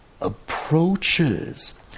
approaches